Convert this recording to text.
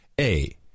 A-